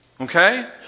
Okay